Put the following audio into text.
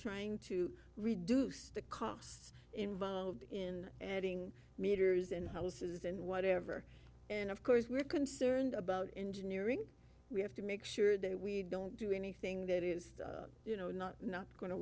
trying to reduce the costs involved in an adding meters in houses and whatever and of course we're concerned about engineering we have to make sure that we don't do anything that is you know not not go